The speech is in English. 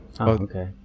okay